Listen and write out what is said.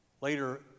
Later